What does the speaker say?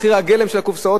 מחיר הגלם של הקופסאות,